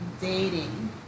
dating